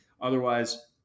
Otherwise